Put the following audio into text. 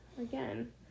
again